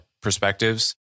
perspectives